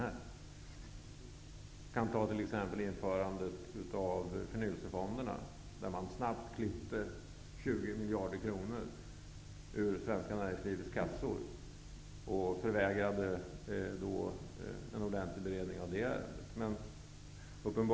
Som exempel kan jag nämna införandet av förnyelsefonderna, då man snabbt klippte 20 miljarder kronor från det svenska näringslivets kassor, samtidigt som man förvägrade en ordentlig beredning i det ärendet.